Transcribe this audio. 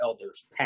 elder's